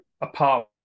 Apart